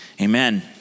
amen